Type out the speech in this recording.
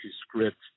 script